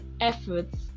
efforts